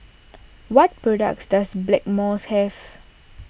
what products does Blackmores have